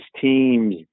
teams